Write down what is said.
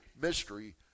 mystery